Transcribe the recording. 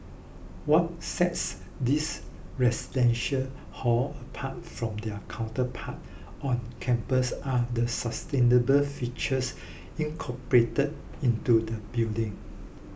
what sets these residential hall apart from their counterpart on campus are the sustainable features incorporated into the building